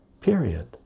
period